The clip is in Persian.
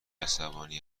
عصبانی